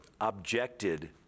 objected